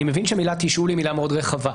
אני מבין שהמילה תשאול היא מילה מאוד רחבה.